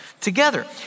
together